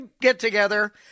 get-together